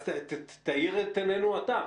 תאיר את עינינו אתה.